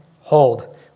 hold